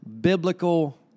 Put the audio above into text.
biblical